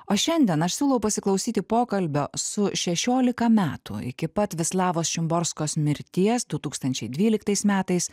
o šiandien aš siūlau pasiklausyti pokalbio su šešiolika metų iki pat vislavos šimborskos mirties du tūkstančiai dvyliktais metais